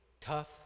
tough